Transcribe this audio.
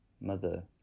mother